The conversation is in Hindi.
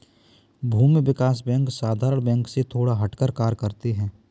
भूमि विकास बैंक साधारण बैंक से थोड़ा हटकर कार्य करते है